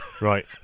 Right